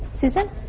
Susan